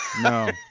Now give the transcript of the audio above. No